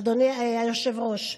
אדוני היושב-ראש,